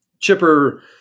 Chipper –